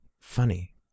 funny